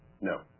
No